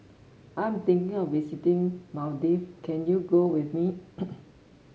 I'm thinking of visiting Maldive can you go with me